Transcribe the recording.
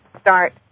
start